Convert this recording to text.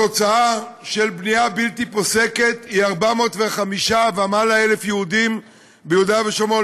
התוצאה של בנייה בלתי פוסקת היא 405,000 יהודים ומעלה ביהודה ושומרון,